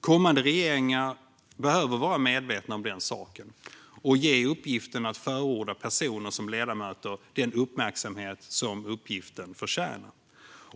Kommande regeringar behöver vara medvetna om den saken och ge uppgiften att förorda personer som ledamöter den uppmärksamhet som uppgiften förtjänar.